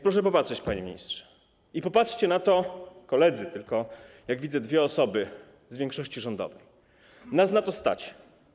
Proszę popatrzeć, panie ministrze, i popatrzcie na to, koledzy - tylko, jak widzę, dwie osoby z większości rządowej - nas na to stać.